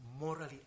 morally